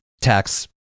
tax